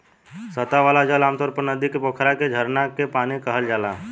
सतह वाला जल आमतौर पर नदी के, पोखरा के, झरना के पानी कहल जाला